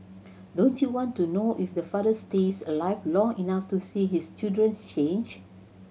don't you want to know if the father stays alive long enough to see his children's change